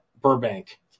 Burbank